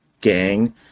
gang